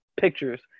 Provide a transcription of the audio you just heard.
pictures